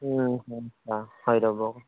হয় অঁ হয় ৰ'ব